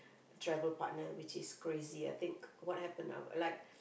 travel partner which is crazy I think what happen if like